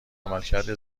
عملکرد